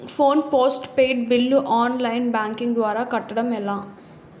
Phone postpaid bill online banking ద్వారా కట్టడం ఎలా?